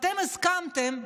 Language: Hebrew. ואתם הסכמתם,